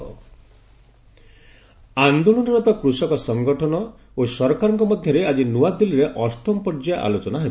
ଗଭ୍ farmers talk ଆନ୍ଦୋଳନରତ କୃଷକ ସଙ୍ଗଠନ ଓ ସରକାରଙ୍କ ମଧ୍ୟରେ ଆଜି ନୂଆଦିଲ୍ଲୀରେ ଅଷ୍ଟମ ପର୍ଯ୍ୟାୟ ଆଲୋଚନା ହେବ